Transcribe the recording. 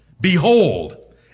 Behold